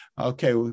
Okay